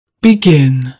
Begin